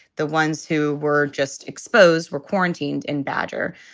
the ones who were just exposed were quarantined in badger.